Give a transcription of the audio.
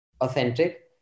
authentic